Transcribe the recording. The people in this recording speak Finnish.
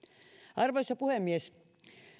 arvoisa puhemies